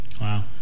Wow